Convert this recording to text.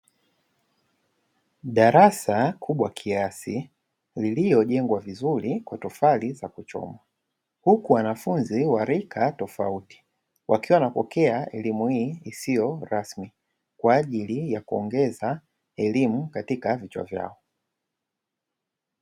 Darasa kubwa kiasi lililojengwa vizuri kwa tofali za kuchoma, huku wanafunzi wa rika tofauti wakiwa wanapokea elimu hii isiyo rasmi, kwaajili ya kuongeza elimu katika vichwa vyao.